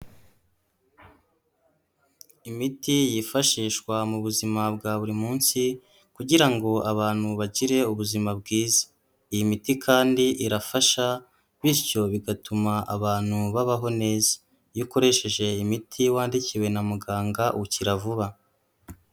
Imiti yifashishwa mu buzima bwa buri munsi kugira ngo abantu bagire ubuzima bwiza, iyi miti kandi irafasha bityo bigatuma abantu babaho neza, iyo ukoresheje imiti wandikiwe na muganga ukira vuba.